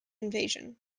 invasion